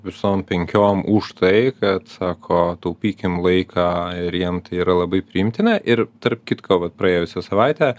visom penkiom už tai kad sako taupykim laiką ir jiem tai yra labai priimtina ir tarp kitko vat praėjusią savaitę